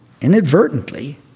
inadvertently